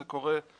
זה קורה גם